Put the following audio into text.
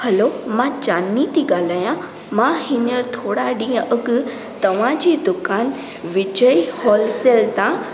hello मां चांदनी थी ॻाल्हायां मां हीअं थोरा ॾींहं अॻु तव्हांजी दुकानु विजय होलसेल तां